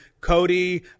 Cody